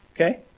okay